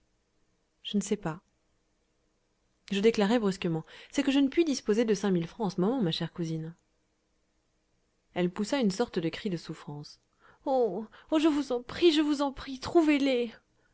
je ne sais pas je déclarai brusquement c'est que je ne puis disposer de cinq mille francs en ce moment ma chère cousine elle poussa une sorte de cri de souffrance oh oh je vous en prie je vous en prie trouvez les